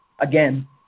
again